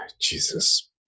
Jesus